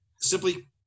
Simply